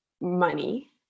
money